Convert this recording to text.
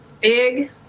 big